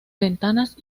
ventanas